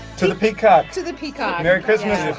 to the peacock to the peacock merry christmas,